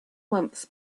months